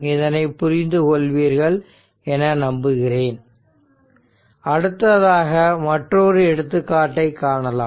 இதனை புரிந்து கொள்வீர்கள் என நம்புகிறேன் அடுத்ததாக மற்றொரு எடுத்துக்காட்டை காணலாம்